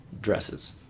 dresses